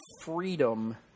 freedom